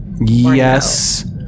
yes